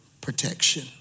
protection